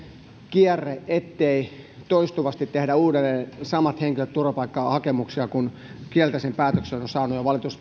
kierre etteivät toistuvasti uudelleen samat henkilöt tee hakemuksia kun kielteisen päätöksen on